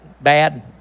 bad